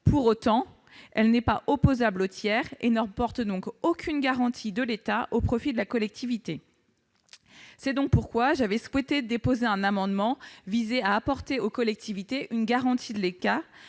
Pour autant, elle n'est pas opposable aux tiers et n'emporte donc aucune garantie de l'État au profit de la collectivité. C'est la raison pour laquelle j'avais déposé un amendement visant à apporter aux collectivités une garantie de l'État